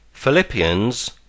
Philippians